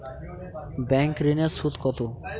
Bank ঋন এর সুদ কত?